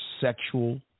sexual